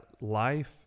life